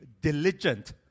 diligent